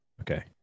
Okay